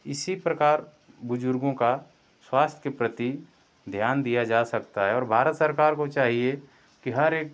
इसी प्रकार बुजुर्गों का स्वास्थय के प्रति ध्यान दिया जा सकता है और भारत सरकार को चाहिए कि हर एक